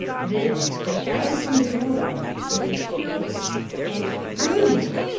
then the shadow from the doorway moved towards and through me,